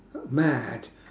mad